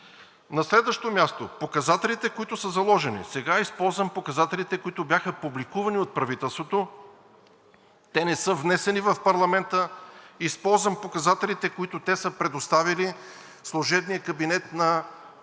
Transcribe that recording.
На следващо място, показателите, които са заложени. Сега използвам показателите, които бяха публикувани от правителството – те не са внесени в парламента. Използвам показателите, които служебният кабинет е предоставил